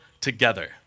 together